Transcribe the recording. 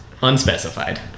Unspecified